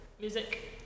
music